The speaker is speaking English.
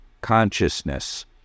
consciousness